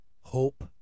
hope